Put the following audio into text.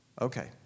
Okay